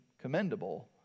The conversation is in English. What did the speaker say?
commendable